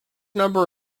number